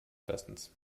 bestens